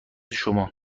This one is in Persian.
شما